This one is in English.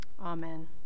Amen